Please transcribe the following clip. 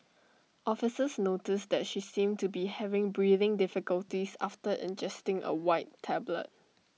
officers noticed that she seemed to be having breathing difficulties after ingesting A white tablet